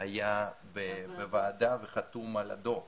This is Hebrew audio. היה בוועדה וחתום על הדוח